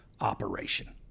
operation